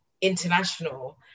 international